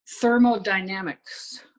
thermodynamics